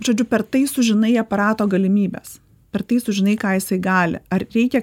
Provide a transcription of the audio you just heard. žodžiu per tai sužinai aparato galimybes per tai sužinai ką jisai gali ar reikia